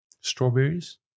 Strawberries